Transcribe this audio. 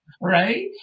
right